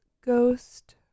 Ghost